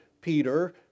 Peter